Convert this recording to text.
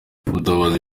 mutabazi